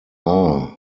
overrides